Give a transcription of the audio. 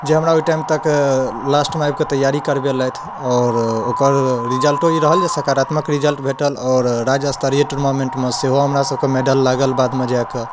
जे हमरा ओहि टाइम तक लास्टमे आबि कऽ तैआरी करबेलथि आओर ओकर रिजल्टो ई रहल जे सकारात्मक रिजल्ट भेटल आओर राजस्तरीय टुर्मामेन्टमे सेहो हमरा सभकऽ मैडल लागल बादमे जाय कऽ